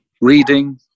Reading